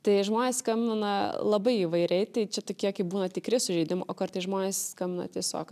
tai žmonės skambina labai įvairiai tai čia tokie kai būna tikri sužeidimai o kartais žmonės skambina tiesiog